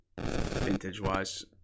vintage-wise